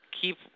Keep